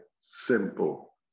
simple